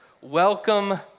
welcome